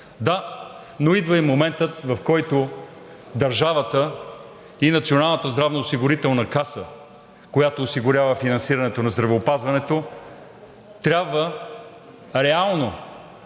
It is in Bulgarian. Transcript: Да, но идва и моментът, в който държавата и Националната здравноосигурителна каса, която осигурява финансирането на здравеопазването, трябва реално